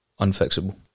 unfixable